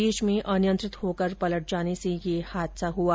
बीच में अनियंत्रित होकर पलट जाने से यह हादसा हआ